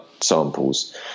samples